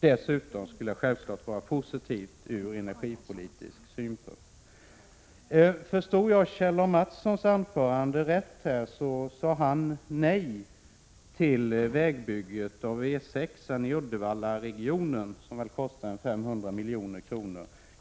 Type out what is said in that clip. Dessutom skulle det självfallet vara positivt ur energipolitisk synpunkt. Om jag förstod Kjell A. Mattsson rätt sade han nej till vägbygge på E 6 i Uddevallaregionen, som kostar 500 milj.kr.